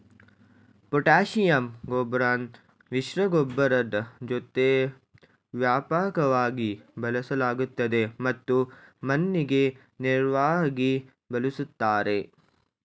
potassium ಗೊಬ್ರನ ಮಿಶ್ರಗೊಬ್ಬರದ್ ಜೊತೆ ವ್ಯಾಪಕವಾಗಿ ಬಳಸಲಾಗ್ತದೆ ಮತ್ತು ಮಣ್ಣಿಗೆ ನೇರ್ವಾಗಿ ಬಳುಸ್ತಾರೆ